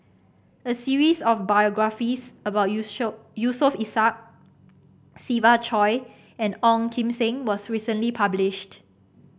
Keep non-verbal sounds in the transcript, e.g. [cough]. a series of biographies about [unintelligible] Yusof Ishak Siva Choy and Ong Kim Seng was recently published